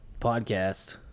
podcast